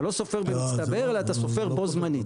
אתה לא סופר במצטבר אלא אתה סופר בו זמנית.